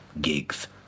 gigs